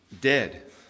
dead